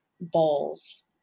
bowls